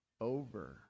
over